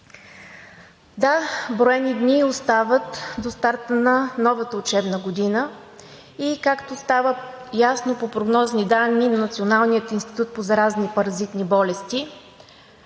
Да, броени дни остават до старта на новата учебна година и както става ясно по прогнозни данни на Националния институт по заразни и паразитни болести,